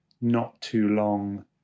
not-too-long